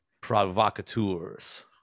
provocateurs